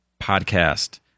podcast